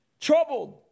troubled